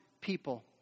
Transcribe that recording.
people